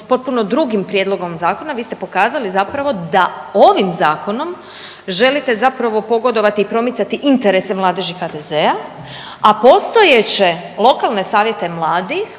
s potpuno drugim prijedlogom zakona, vi ste pokazali zapravo da ovim Zakonom želite zapravo pogodovati i promicati interese Mladeži HDZ-a, a postojeće lokalne savjete mladih